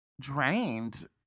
drained